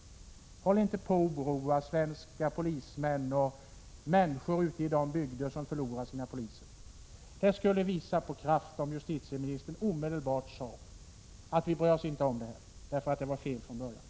Håll inte på att oroa svenska polismän och människor ute i bygderna genom att säga att de skall förlora sina poliser. Det skulle visa på kraft om justitieministern omedelbart sade att vi inte bryr oss om detta förslag därför att det var fel från början.